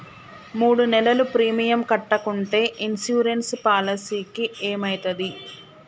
మూడు నెలలు ప్రీమియం కట్టకుంటే ఇన్సూరెన్స్ పాలసీకి ఏమైతది?